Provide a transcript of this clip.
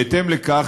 בהתאם לכך,